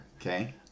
okay